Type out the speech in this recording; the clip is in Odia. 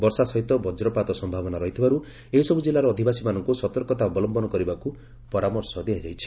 ବର୍ଷା ସହିତ ବଜ୍ରପାତ ସମ୍ଭାବନା ରହିଥିବାରୁ ଏହିସବୁ ଜିଲ୍ଲାର ଅଧିବାସୀମାନଙ୍କୁ ସତର୍କତା ଅବଲମ୍ୟନ କରିବାକୁ ପରାମର୍ଶ ଦିଆଯାଇଛି